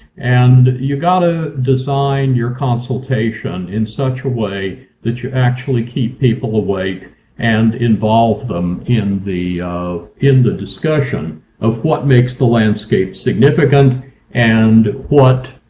and you got to design your consultation in such a way that you actually keep people awake and involve them in the in the discussion of what makes the landscape significant and what.